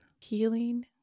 healing